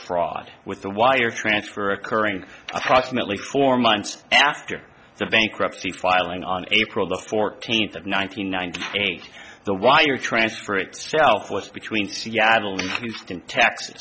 fraud with the wire transfer occurring proximately four months after the bankruptcy filing on april the fourteenth of nine hundred ninety eight the wire transfer itself was between seattle instant t